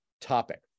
topic